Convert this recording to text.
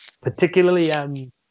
Particularly